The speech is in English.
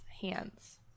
hands